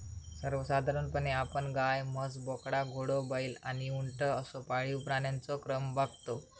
सर्वसाधारणपणे आपण गाय, म्हस, बोकडा, घोडो, बैल आणि उंट असो पाळीव प्राण्यांचो क्रम बगतो